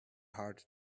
hard